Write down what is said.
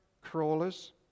crawlers